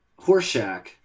Horseshack